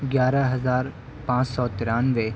گیارہ ہزار پانچ سو ترانوے